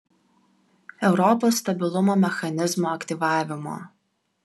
europos stabilumo mechanizmo aktyvavimo